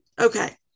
Okay